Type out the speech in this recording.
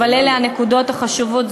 אבל אלה הנקודות החשובות,